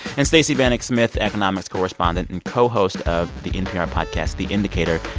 and stacey vanek smith, economics correspondent and co-host of the npr podcast the indicator,